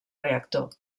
reactor